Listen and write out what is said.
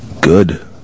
Good